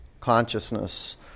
consciousness